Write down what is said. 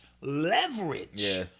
leverage